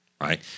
right